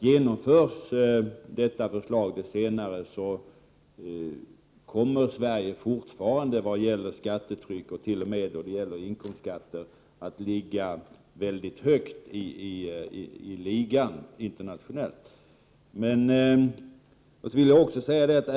Genomförs det senare förslaget kommer Sverige fortfarande att ligga högt i den internationella ligan vad gäller skattetryck och t.o.m. inkomstskatter.